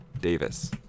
Davis